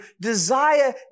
desire